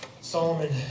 Solomon